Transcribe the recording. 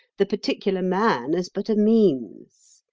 the particular man as but a means.